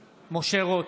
רוט,